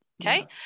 Okay